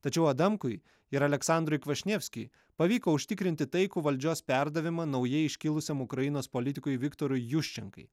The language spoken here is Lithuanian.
tačiau adamkui ir aleksandrui kvašnievskiui pavyko užtikrinti taikų valdžios perdavimą naujai iškilusiam ukrainos politikui viktorui juščenkai